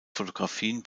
fotografien